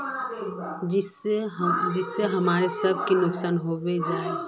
जिस से हमरा सब के नुकसान होबे जाय है?